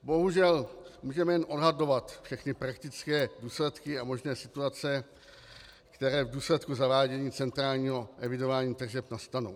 Bohužel můžeme jen odhadovat všechny praktické důsledky a možné situace, které v důsledku zavádění centrální evidování tržeb nastanou.